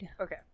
Okay